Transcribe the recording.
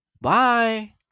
Bye